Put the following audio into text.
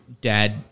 Dad